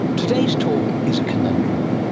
today's talk is a conundrum,